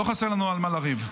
לא חסר לנו על מה לריב.